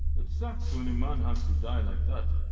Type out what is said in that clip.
it sucks when a man has to die like that.